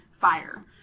fire